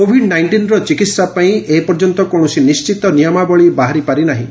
Covid ନାଇଷ୍ଟିନ୍ର ଚିକିତ୍ସା ପାଇଁ ଏ ପର୍ଯ୍ୟନ୍ତ କୌଣସି ନିଶ୍ଚିତ ନିୟମାବଳୀ ବାହାରି ପାରି ନାହିଁ